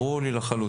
ברור לי לחלוטין.